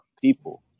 people